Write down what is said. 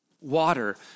water